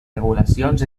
regulacions